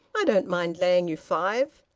i don't mind laying you five.